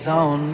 on